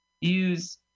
Use